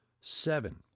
seven